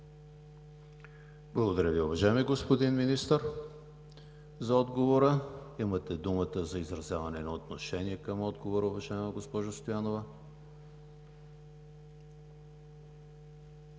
Благодаря Ви, уважаеми господин Министър, за отговора. Имате думата за изразяване на отношение към отговора, уважаема госпожо Стоянова.